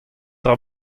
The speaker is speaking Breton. dra